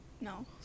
No